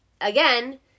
again